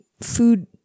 food